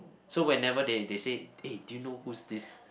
so whenever they they say eh do you know who's this